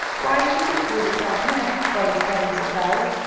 why, she didn't lose it down here! bunny said, in surprise.